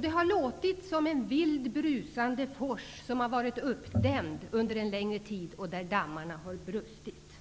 Det har låtit som en vild brusande fors som har varit uppdämd under en längre tid och där dammarna har brustit.